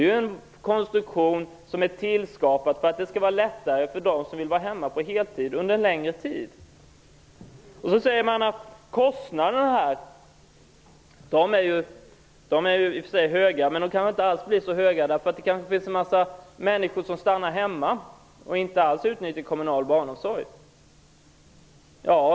Det är en konstruktion som är tillskapad för att det skall vara lättare för de som vill vara hemma på heltid under en längre tid. Så säger man att kostnaderna i och för sig är höga, men att de kanske inte blir så höga eftersom en massa människor förmodligen stannar hemma och inte alls utnyttjar kommunal barnomsorg.